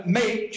make